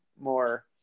more